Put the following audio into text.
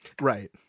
Right